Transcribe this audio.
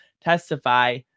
testify